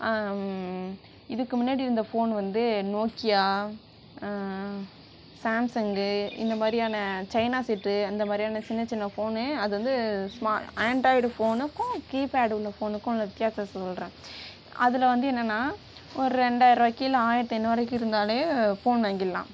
இதுக்கு முன்னாடி இருந்த ஃபோன் வந்து நோக்கியா சேம்சங்கு இந்த மாதிரியான சைனா செட்டு அந்த மாதிரியான சின்ன சின்ன ஃபோனு அது வந்து ஆண்ட்ராய்டு ஃபோனுக்கும் கீப்பேடு உள்ள ஃபோனுக்கும் உள்ள வித்தியாசம் சொல்கிறேன் அதில் வந்து என்னென்னா ஒரு ரெண்டாயிரருவாய்க்கி இல்லை ஆயிரத்தி ஐநூறு வரைக்கும் இருந்தால் ஃபோன் வாங்கிடலாம்